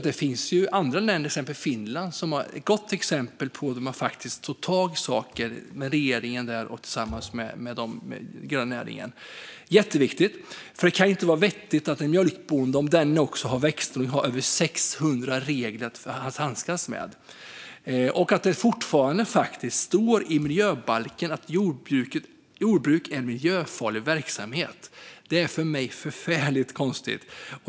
Det finns andra länder, till exempel Finland, som är goda exempel på att regeringen tillsammans med den gröna näringen faktiskt tar tag i saker. Det är jätteviktigt, för det kan inte vara vettigt att en mjölkbonde som också odlar grödor har över 600 regler att handskas med. Det står fortfarande i miljöbalken att jordbruk är miljöfarlig verksamhet. Det är för mig förfärligt konstigt.